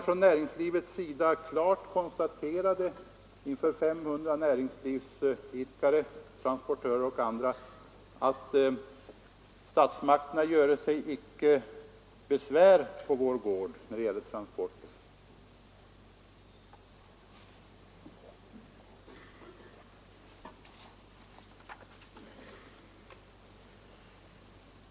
Från näringslivets sida konstaterade man där klart inför 500 näringsidkare — transportörer och andra — att statsmakterna göre sig icke besvär på vår gård när det gäller transporter.